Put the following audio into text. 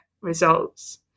results